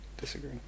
Disagree